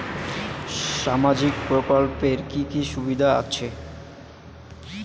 সামাজিক প্রকল্পের কি কি সুবিধা আছে?